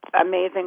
amazing